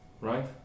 right